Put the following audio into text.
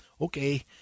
okay